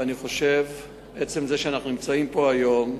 עצם זה שאנחנו נמצאים פה היום,